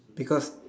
because